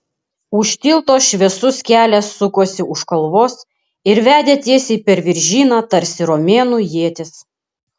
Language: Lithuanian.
už tilto šviesus kelias sukosi už kalvos ir vedė tiesiai per viržyną tarsi romėnų ietis